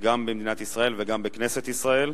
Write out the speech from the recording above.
גם במדינת ישראל וגם בכנסת ישראל,